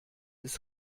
ist